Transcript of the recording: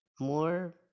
more